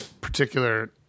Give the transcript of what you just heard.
particular